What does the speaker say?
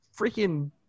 freaking